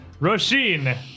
Roshin